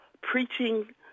preaching